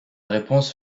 réponse